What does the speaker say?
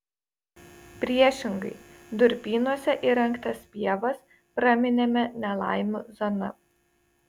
priešingai durpynuose įrengtas pievas praminėme nelaimių zona